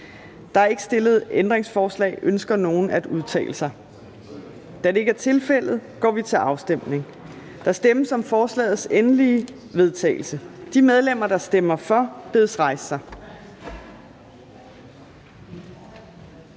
Der er ikke stillet ændringsforslag. Ønsker nogen at udtale sig? Da det ikke er tilfældet, går vi til afstemning. Kl. 15:08 Afstemning Fjerde næstformand (Trine Torp): Der stemmes om forslagets endelige vedtagelse. De medlemmer, der stemmer for, bedes rejse sig.